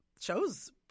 shows